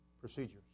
procedures